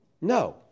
No